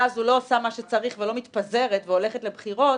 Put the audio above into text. הזו לא עושה מה שצריך ולא מתפזרת והולכת לבחירות.